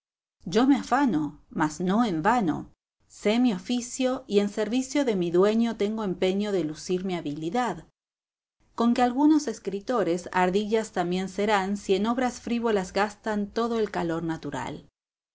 yo me afano mas no en vano sé mi oficio y en servicio de mi dueño tengo empeño de lucir mi habilidad conque algunos escritores ardillas también serán si en obras frívolas gastan todo el calor natural